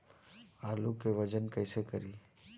आलू के वजन कैसे करी?